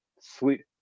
sweet